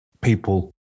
people